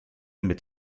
mit